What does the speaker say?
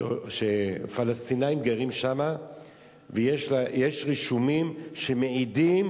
שפלסטינים גרים שם ויש רישומים שמעידים